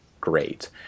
great